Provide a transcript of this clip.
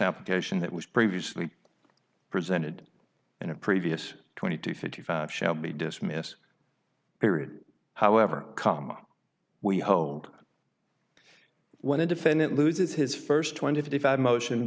application that was previously presented in a previous twenty two fifty five shall be dismissed period however comma we hold when a defendant loses his first twenty five motion